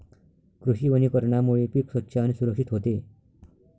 कृषी वनीकरणामुळे पीक स्वच्छ आणि सुरक्षित होते